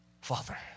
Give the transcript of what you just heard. Father